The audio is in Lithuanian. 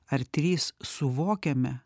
ar trys suvokiame